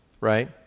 right